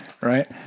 Right